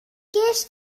gest